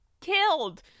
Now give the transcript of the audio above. killed